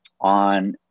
on